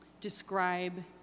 describe